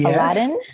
Aladdin